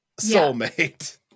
soulmate